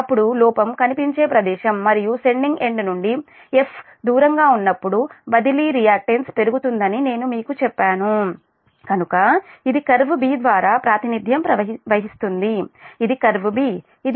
అప్పుడు లోపం కనిపించే ప్రదేశం మరియు సెండింగ్ ఎండ్ నుండి 'F' దూరంగా ఉన్నప్పుడు బదిలీ రియాక్టన్స్ పెరుగుతుందని నేను మీకు చెప్పాను కనుక ఇది కర్వ్ B ద్వారా ప్రాతినిధ్యం వహిస్తుంది ఇది కర్వ్ B